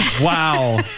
Wow